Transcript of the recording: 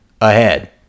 ahead